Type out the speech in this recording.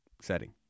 setting